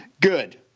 Good